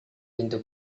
pintu